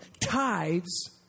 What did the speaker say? tithes